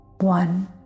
One